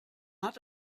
hat